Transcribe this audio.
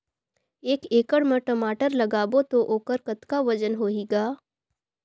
एक एकड़ म टमाटर लगाबो तो ओकर कतका वजन होही ग?